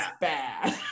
bad